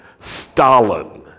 Stalin